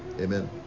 Amen